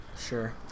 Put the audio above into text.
Sure